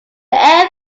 air